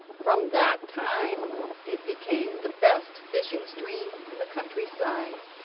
from that time it became the best fishing stream in the country-side.